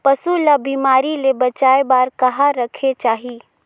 पशु ला बिमारी ले बचाय बार कहा रखे चाही?